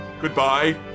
Goodbye